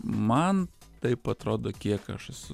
man taip atrodo kiek aš esu